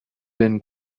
been